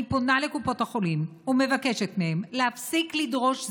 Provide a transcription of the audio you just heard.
אני פונה לקופות החולים ומבקשת מהן להפסיק לדרוש זיהוי.